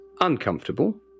uncomfortable